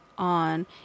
on